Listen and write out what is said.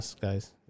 guys